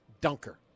dunker